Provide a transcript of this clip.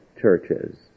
churches